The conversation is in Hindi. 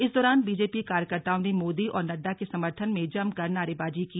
इस दौरान बीजेपी कार्यकर्ताओं ने मोदी और नड्डा के समर्थन में जमकर नारेबाजी की